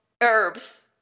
herbs